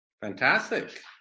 Fantastic